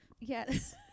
Yes